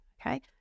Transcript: okay